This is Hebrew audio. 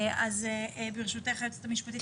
אז ברשותך היועצת המשפטית,